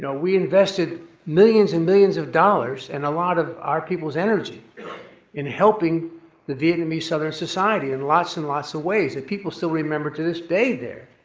we invested millions and millions of dollars and a lot of our people's energy in helping the vietnamese southern society in lots in lots of ways, that people still remember to this day there.